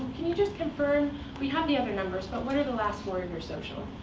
can you just confirm we have the other numbers, but what are the last four of your social?